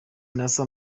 nossa